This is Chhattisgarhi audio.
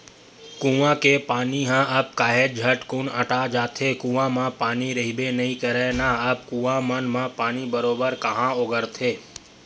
कुँआ के पानी ह अब काहेच झटकुन अटा जाथे, कुँआ म पानी रहिबे नइ करय ना अब कुँआ मन म पानी बरोबर काँहा ओगरथे